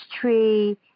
tree